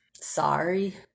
Sorry